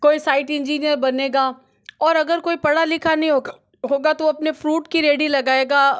कोई site engineer बनेगा और अगर कोई पढ़ा लिखा नहीं होगा तो अपने फ़्रूट की रेडी लगाएगा